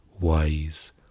wise